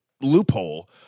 loophole